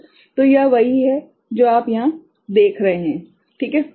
तो यह वही है जो आप यहाँ देख रहे हैं ठीक है